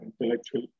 intellectual